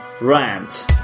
Rant